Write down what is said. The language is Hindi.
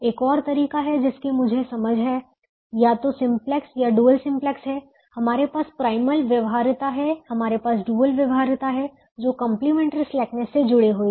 एक और तरीका है जिसकी मुझे समझ है या तो सिम्पलेक्स या डुअल सिम्प्लेक्स है हमारे पास प्राइमल व्यवहार्यता है हमारे पास डुअल व्यवहार्यता है जो कंप्लीमेंट्री स्लैकनेस से जुड़ी हुई है